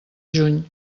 juny